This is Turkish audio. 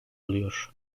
oluyor